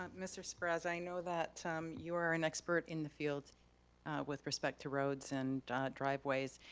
um mr. spirazza, i know that you are an expert in the field with respect to roads and driveways.